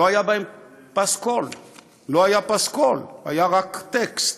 לא היה בהן פס קול והיה רק טקסט.